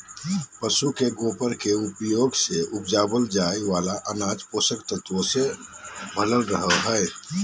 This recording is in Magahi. पशु के गोबर के उपयोग से उपजावल जाय वाला अनाज पोषक तत्वों से भरल रहो हय